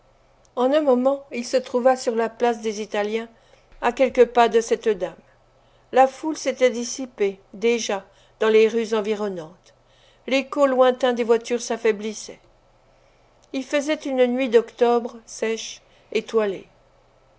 en un moment il se trouva sur la place des italiens à quelques pas de cette dame la foule s'était dissipée déjà dans les rues environnantes l'écho lointain des voitures s'affaiblissait il faisait une nuit d'octobre sèche étoilée